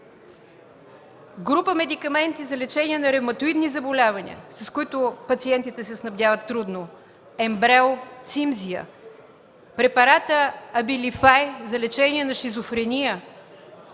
Група медикаменти за лечение на ревматоидни заболявания, с които пациентите се снабдяват трудно – ембрел, цимзия, препаратът „Абилифай” за лечение на шизофрения;